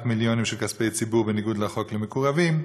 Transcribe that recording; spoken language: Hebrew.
מיליונים של כספי ציבור בניגוד לחוק למקורבים.